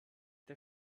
der